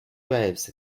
waves